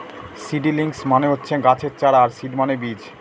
seedlings মানে হচ্ছে গাছের চারা আর সিড মানে বীজ